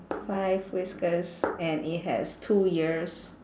five whiskers and it has two ears